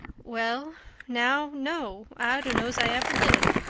well now, no, i dunno's i ever did,